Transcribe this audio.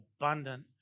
abundant